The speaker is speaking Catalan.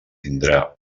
tindrà